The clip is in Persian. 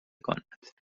کند